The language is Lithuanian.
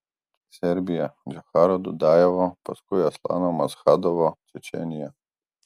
serbija džocharo dudajevo paskui aslano maschadovo čečėnija